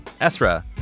Esra